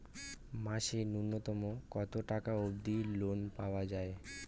মাসে নূন্যতম কতো টাকা অব্দি লোন পাওয়া যায়?